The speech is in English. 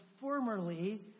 formerly